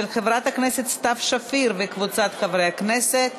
של חברת הכנסת סתיו שפיר וקבוצת חברי הכנסת.